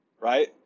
right